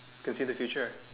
can see the future